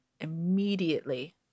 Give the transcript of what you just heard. immediately